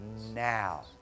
now